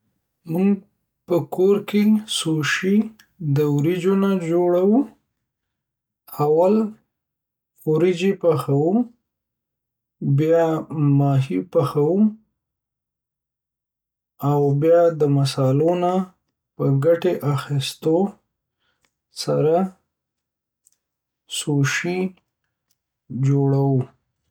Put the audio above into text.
مونږ په کور کیی سوشی د وریجو نه جوړو، اول وریجی پخوو، بیا ماهی پخوو او بیا د مصالحو نه په ګټی اخسو سره سوشی جوړو.